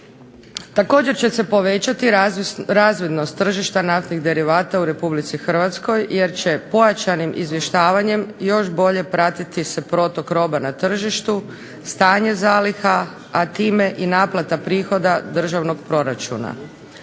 Također će se povećati razvidnost tržišta naftnih derivata u Republici Hrvatskoj jer će pojačanih izvještavanjem još bolje pratiti se protok roba na tržištu, stanje zaliha, a time i naplata prihoda državnog proračuna.